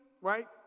right